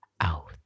Out